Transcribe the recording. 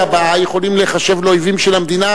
הבאה יכולים להיחשב לאויבים של המדינה,